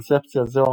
קונספציה זו